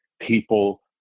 people